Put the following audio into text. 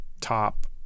top